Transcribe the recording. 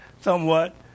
somewhat